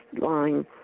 line